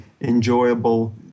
enjoyable